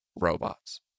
Robots